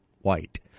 white